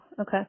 okay